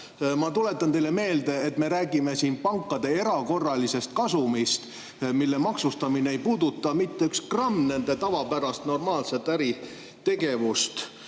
Ma tuletan teile meelde, et me räägime siin pankade erakorralisest kasumist, mille maksustamine ei puuduta mitte üks gramm nende tavapärast, normaalset äritegevust.